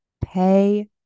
Pay